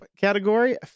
category